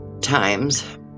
times